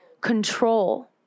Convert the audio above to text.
control